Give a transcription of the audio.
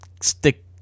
stick